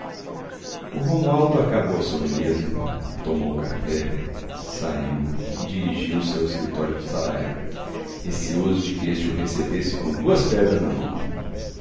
o romualdo acabou a sobremesa tomou o café saiu e dirigiu-se ao escritório do saraiva receoso de que este o recebesse com duas pedras na mão